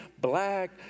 black